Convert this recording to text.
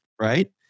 right